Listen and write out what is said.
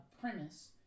premise